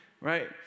right